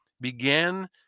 began